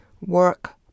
work